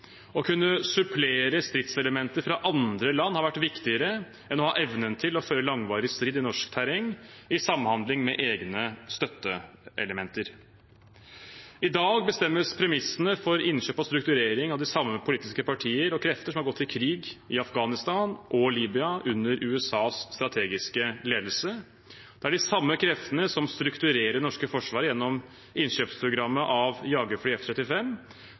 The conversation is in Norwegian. Å kunne supplere stridselementer fra andre land har vært viktigere enn å ha evnen til å føre langvarig strid i norsk terreng i samhandling med egne støtteelementer. I dag bestemmes premissene for innkjøp og strukturering av de samme politiske partier og krefter som har gått til krig i Afghanistan og Libya under USAs strategiske ledelse. Det er de samme kreftene som strukturerer det norske forsvaret gjennom innkjøpsprogrammet av jagerfly F35, som i hovedsak er egnet som et